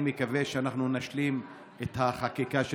אני מקווה שאנחנו נשלים את החקיקה של